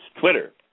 Twitter